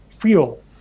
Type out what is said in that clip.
fuel